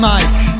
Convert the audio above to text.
Mike